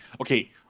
okay